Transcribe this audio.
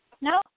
No